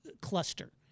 cluster